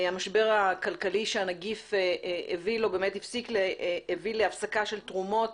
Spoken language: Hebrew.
המשבר הכלכלי שהנגיף הביא גרם להפסקה של תרומות